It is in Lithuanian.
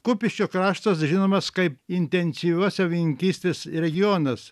kupiškio kraštas žinomas kaip intensyvios avininkystės regionas